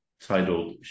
titled